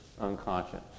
unconscious